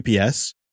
UPS